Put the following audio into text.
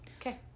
okay